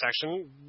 section